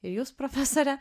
ir jūs profesore